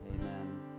amen